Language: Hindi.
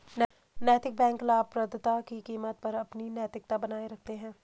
नैतिक बैंक लाभप्रदता की कीमत पर अपनी नैतिकता बनाए रखते हैं